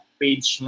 page